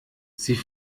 sie